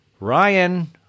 Ryan